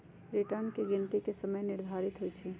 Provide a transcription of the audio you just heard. return की गिनति के समय आधारित होइ छइ